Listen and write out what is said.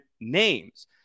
names